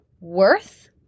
worth